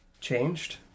changed